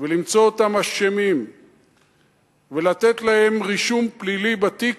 ולמצוא אותם אשמים ולתת להם רישום פלילי בתיק,